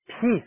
peace